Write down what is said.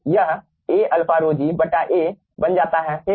यह A α ρg A बन जाता है ठीक